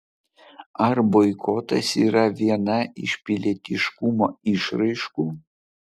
ar boikotas yra viena iš pilietiškumo išraiškų